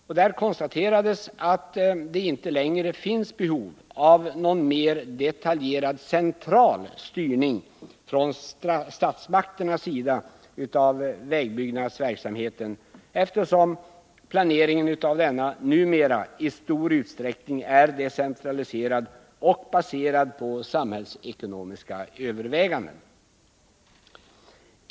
Därvid konstaterades att det inte längre finns behov av någon mer detaljerad central styrning från statsmakternas sida av vägbyggnadsverksamheten, eftersom planeringen av denna numera i stor utsträckning är decentraliserad och baserad på samhällsekonomiska överväganden.